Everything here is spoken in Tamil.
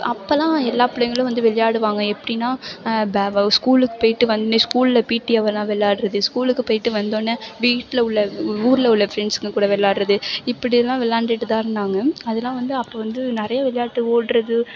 அப்போலாம் எல்லா பிள்ளங்களும் வந்து விளையாடுவாங்க எப்படினா ஸ்கூலுக்கு போய்ட்டு வந்து ஸ்கூல் பிடி ஹவர் விளாட்றது ஸ்கூலுக்கு போய்ட்டு வந்தோடன வீட்டில் உள்ள ஊரில் ஃப்ரெண்ட்ஸுங்க கூட விளாட்றது இப்படிலா விளையாண்டுட்டுதான் இருந்தாங்க அதலாம் வந்து அப்போ வந்து நிறையா விளையாட்டு ஓடுறது